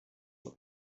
let